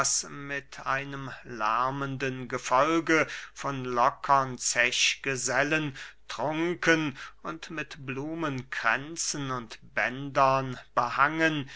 mit einem lärmenden gefolge von lockern zechgesellen trunken und mit blumenkränzen und bändern behangen